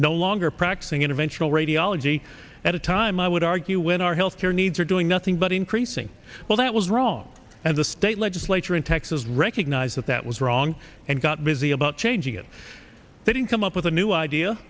no longer practicing interventional radiology at a time i would argue when our health care needs are doing nothing but increasing well that was wrong and the state legislature in texas recognized that that was wrong and got busy about changing it didn't come up with a new idea